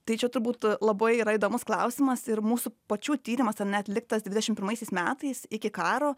tai čia turbūt labai yra įdomus klausimas ir mūsų pačių tyrimas ar ne atliktas dvidešimt pirmaisiais metais iki karo